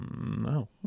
No